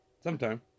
Sometime